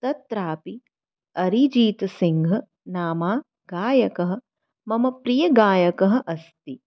तत्रापि अरिजीतसिङ्घ् नाम गायकः मम प्रियगायकः अस्ति